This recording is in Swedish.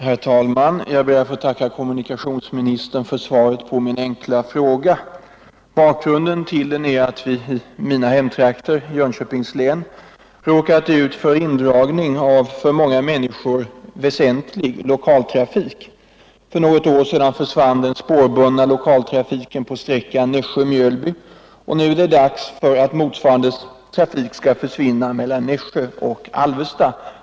Herr talman! Jag ber att få tacka kommunikationsministern för svaret på min enkla fråga. Bakgrunden till den är att vi i mina hemtrakter, Jönköpings län, råkat ut för indragning av för många människor väsentlig lokaltrafik. För något år sedan försvann den spårbundna lokaltrafiken på sträckan Nässjö-Mjölby, och nu är det dags för att motsvarande trafik skall försvinna mellan Nässjö och Alvesta.